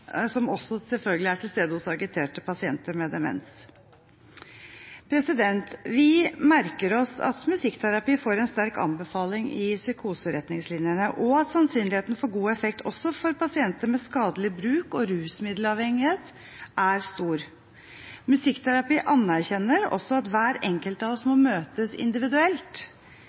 også er til stede hos pasienter med demens som har agitert atferd. Vi merker oss at musikkterapi får en sterk anbefaling i psykoseretningslinjene, og at sannsynligheten for god effekt også for pasienter med skadelig rusmiddelbruk og rusmiddelavhengighet er stor. Musikkterapi anerkjenner også at hver enkelt av oss må